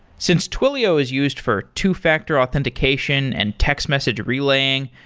since twilio is used for two-factor authentication and text message relaying,